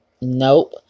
nope